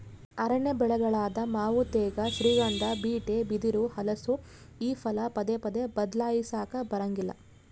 ಅರಣ್ಯ ಬೆಳೆಗಳಾದ ಮಾವು ತೇಗ, ಶ್ರೀಗಂಧ, ಬೀಟೆ, ಬಿದಿರು, ಹಲಸು ಈ ಫಲ ಪದೇ ಪದೇ ಬದ್ಲಾಯಿಸಾಕಾ ಬರಂಗಿಲ್ಲ